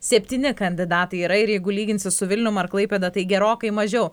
septyni kandidatai yra ir jeigu lyginsi su vilnium ar klaipėda tai gerokai mažiau